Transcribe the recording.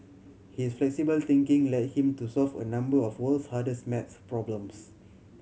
his flexible thinking led him to solve a number of world's hardest math problems